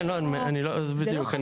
כן, בדיוק.